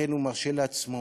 לכן הוא מרשה לעצמו